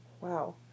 Wow